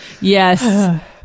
Yes